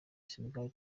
senegal